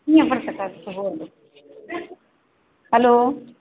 hello